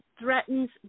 threatens